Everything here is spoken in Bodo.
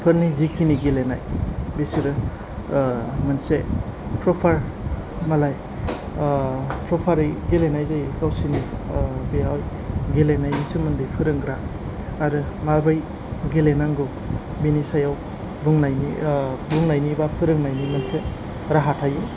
फोरनि जेखिनि गेलेनाय बिसोरो मोनसे प्रफारै गेलेनाय जायो गावसिनि बेवहाय गेलेनायनि सोमोन्दै फोरोंग्रा आरो माबोरै गेले नांगौ बेनि सायाव बुंनायनि बा फोरोंनायनि मोनसे राहा थायो